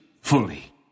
fully